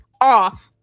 off